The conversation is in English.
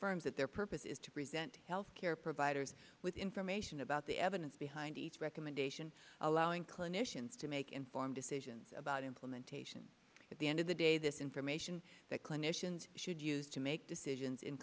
firms that their purpose is to present health care providers with information about the evidence behind each recommendation allowing clinicians to make informed decisions about implementation at the end of the day this information that clinicians should use to make decisions in